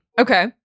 Okay